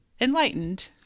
enlightened